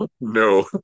No